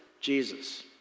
Jesus